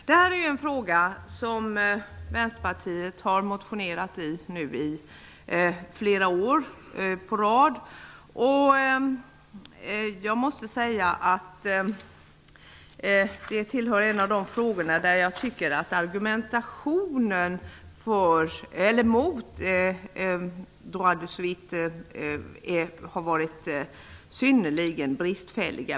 Detta är en fråga som Vänsterpartiet har motionerat om i flera år. Jag tycker att argumentationen mot ''droit de suite'' har varit synnerligen bristfällig.